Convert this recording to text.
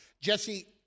Jesse